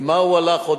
למה הוא הלך עוד?